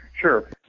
Sure